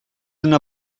una